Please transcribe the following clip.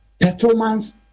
performance